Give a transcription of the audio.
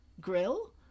grill